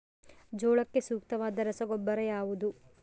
ಜೋಳಕ್ಕೆ ಸೂಕ್ತವಾದ ರಸಗೊಬ್ಬರ ಯಾವುದು?